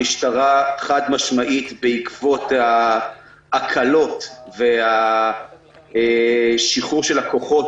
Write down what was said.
המשטרה חד-משמעית בעקבות ההקלות והשחרור של הכוחות,